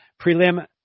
prelim